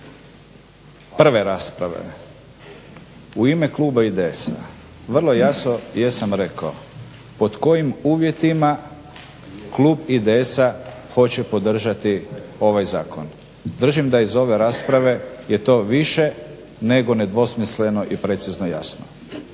prve rasprave u ime kluba IDS-a vrlo jasno jesam rekao pod kojim uvjetima klub IDS-a hoće podržati ovaj zakon. Držim da iz ove rasprave je to više nego nedvosmisleno i precizno jasno.